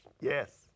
Yes